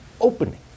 opening